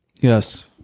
Yes